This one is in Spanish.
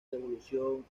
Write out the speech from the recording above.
revolución